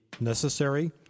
necessary